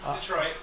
Detroit